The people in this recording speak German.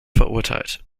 verurteilt